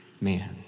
man